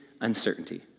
uncertainty